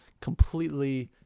Completely